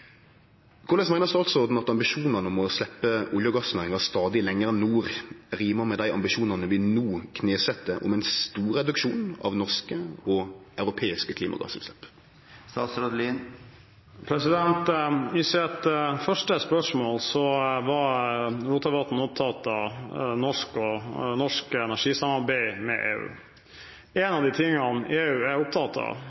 Korleis meiner statsråden at ambisjonane om å sleppe til olje- og gassnæringa stadig lenger nord rimar med dei ambisjonane vi no kneset om ein stor reduksjon av norske og europeiske klimagassutslepp? I sitt første spørsmål var representanten Rotevatn opptatt av norsk energisamarbeid med EU. En av